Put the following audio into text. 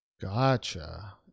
Gotcha